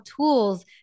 tools